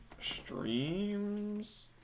streams